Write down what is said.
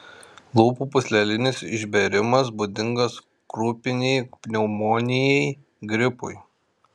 lūpų pūslelinis išbėrimas būdingas krupinei pneumonijai gripui